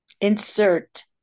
Insert